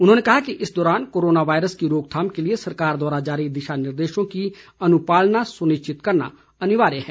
उन्होंने कहा कि इस दौरान कोरोना वायरस की रोकथाम के लिए सरकार द्वारा जारी दिशा निर्देशों की अनुपालना सुनिश्चित करना अनिवार्य है